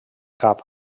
cap